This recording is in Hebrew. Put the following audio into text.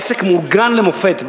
העסק מאורגן למופת.